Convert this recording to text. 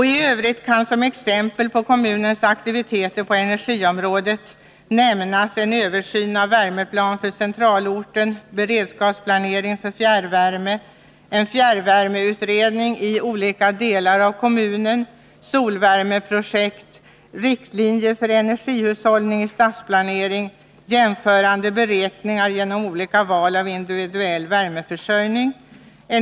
I övrigt kan som exempel på kommunens aktiviteter på energiområdet nämnas en översyn av värmeplan för centralorten, beredskapsplanering för fjärrvärme, fjärrvärmeutredning i olika delar av kommunen, solvärmeprojekt, riktlinjer för energihushållning i stadsplanering samt jämförande beräkningar genom olika val av individuell värmeförsörjning.